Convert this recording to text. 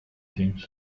teams